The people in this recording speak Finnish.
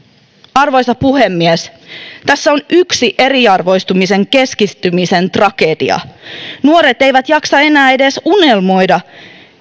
arvoisa puhemies tässä on yksi eriarvoistumisen keskittymisen tragedia nuoret eivät jaksa enää edes unelmoida